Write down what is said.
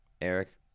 Eric